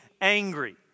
angry